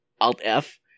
Alt-F